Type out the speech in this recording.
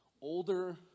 older